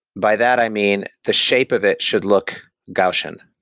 by that i mean, the shape of it should look gaussian,